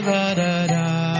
Da-da-da